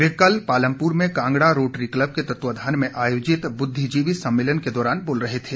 वे कल पालमपुर में Kangra Rotary Club के तत्वाधान में आयोजित बुद्धिजीवी सम्मेलन के दौरान बोल रहे थे